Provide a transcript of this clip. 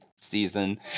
season